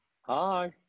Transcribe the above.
Hi